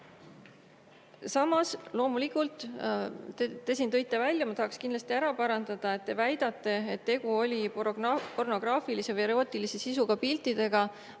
teha. Samas, loomulikult, te siin tõite välja – ja ma tahaksin kindlasti ära parandada –, te väidate, et tegu oli pornograafilise või erootilise sisuga piltidega.